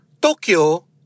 Tokyo